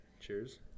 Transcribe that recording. Cheers